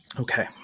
Okay